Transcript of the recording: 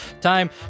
time